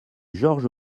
georges